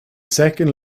second